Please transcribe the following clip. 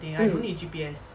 mm